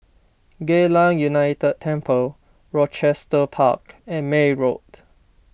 Geylang United Temple Rochester Park and May Road